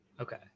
Okay